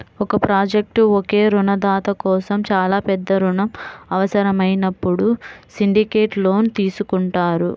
ఒక ప్రాజెక్ట్కు ఒకే రుణదాత కోసం చాలా పెద్ద రుణం అవసరమైనప్పుడు సిండికేట్ లోన్ తీసుకుంటారు